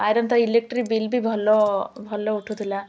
iron ତ electric bill ବି ଭଲ ଭଲ ଉଠୁଥିଲା